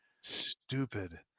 Stupid